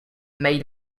made